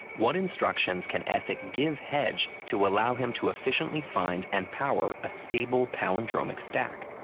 what instructions can ethic give hedge to allow him to efficiently find and power a stable palindromic stack?